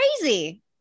crazy